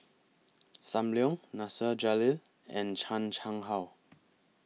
SAM Leong Nasir Jalil and Chan Chang How